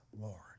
Lord